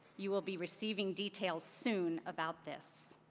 you will be receiving details soon about this.